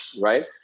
right